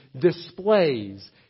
displays